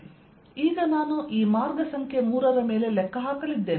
ಈಗ ನಾನು ಈ ಮಾರ್ಗ ಸಂಖ್ಯೆ 3 ರ ಮೇಲೆ ಲೆಕ್ಕ ಹಾಕಲಿದ್ದೇನೆ